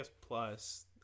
Plus